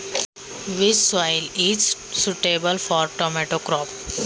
Tomato पिकासाठी कोणती माती योग्य आहे?